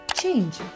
change